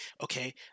Okay